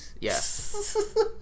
Yes